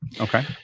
Okay